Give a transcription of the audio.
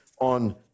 on